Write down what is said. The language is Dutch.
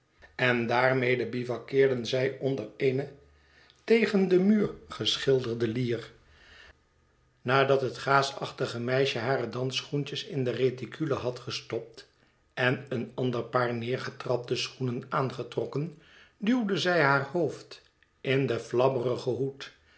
en daarmede bivakkeerden zij onder eene tegen den muur geschilderde lier nadat het gaasachtige meisje hare dansschoentjes in de reticule had gestopt en een ander paar neergetrapte schoenen aangetrokken duwde zij haar hoofd in den flabberigen hoed